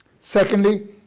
Secondly